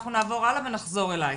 אנחנו נעבור הלאה ונחזור אליך.